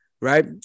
right